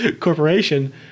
corporation